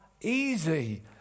easy